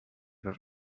with